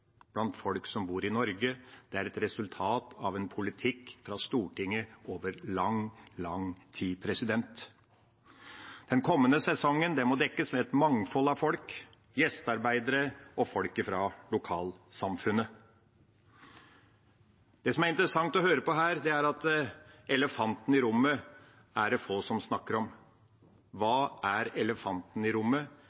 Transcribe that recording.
blant folk som bor i Norge, men resultat av en politikk fra Stortinget over lang, lang tid. Den kommende sesongen må dekkes med et mangfold av folk, gjestearbeidere og folk fra lokalsamfunnet. Det som er interessant å høre, er at få snakker om elefanten i rommet. Hva er elefanten i rommet? Jo, det